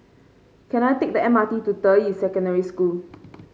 can I take the M R T to Deyi Secondary School